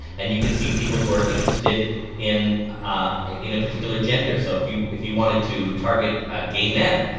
and you can see people who are interested in a in a particular gender, so if you if you wanted to target gay men.